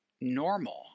normal